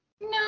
No